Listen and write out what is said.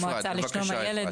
המועצה לשלום הילד,